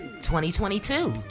2022